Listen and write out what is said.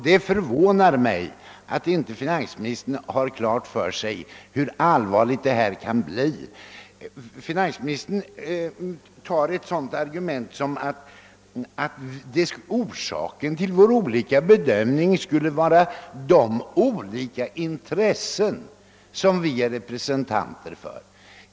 Det förvånar mig att finansministern inte har klart för sig hur allvarlig denna kan bli. Finansministern anför ett sådant argument som att orsaken till vår olika bedömning skulle vara de olika intressen som vi representerar.